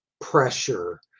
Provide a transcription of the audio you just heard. pressure